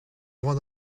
droit